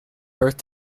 birth